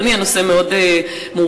אדוני, הנושא מאוד מורכב.